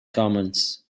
commons